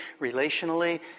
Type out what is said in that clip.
relationally